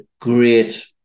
great